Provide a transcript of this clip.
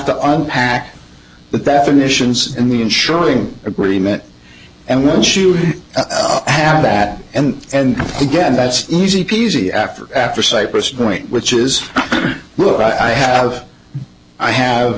on pack the definitions in the ensuring agreement and once you have that and again that's easy peasy after after cyprus point which is what i have i have